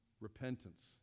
Repentance